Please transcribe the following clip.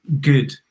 good